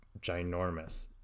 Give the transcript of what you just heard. ginormous